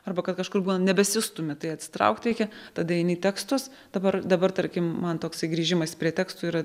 arba kad kažkur nebesistumi tai atsitraukt reikia tada eini į tekstus dabar dabar tarkim man toksai grįžimas prie tekstų yra